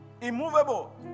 immovable